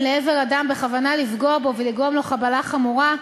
לעבר אדם בכוונה לפגוע בו ולגרום לו חבלה חמורה,